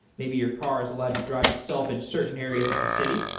maybe your car is allowed to drive itself in certain areas of the city,